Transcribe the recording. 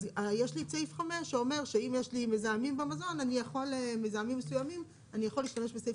אז יש סעיף 5 שאומר שאם יש לי מזהמים מסוימים במזון אני יכול להשתמש בסעיף